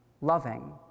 loving